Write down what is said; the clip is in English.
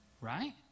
Right